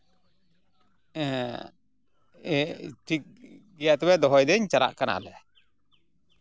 ᱴᱷᱤᱠ ᱜᱮᱭᱟ ᱛᱚᱵᱮ ᱫᱚᱦᱚᱭᱮᱫᱟᱹᱧ ᱪᱟᱞᱟᱜ ᱠᱟᱱᱟᱞᱮ